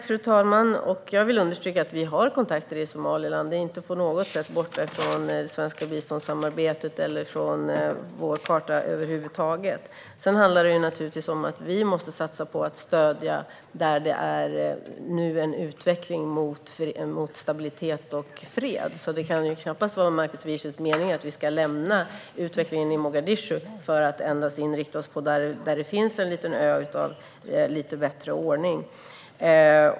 Fru talman! Låt mig understryka att vi har kontakter i Somaliland. Det är inte på något sätt borta från svenskt biståndssamarbete eller från vår karta. Men givetvis måste vi satsa på att stödja där vi ser en utveckling mot stabilitet och fred. Det kan knappast vara Markus Wiechels mening att vi ska lämna utvecklingen i Mogadishu för att endast inrikta oss på en liten ö av bättre ordning.